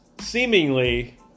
seemingly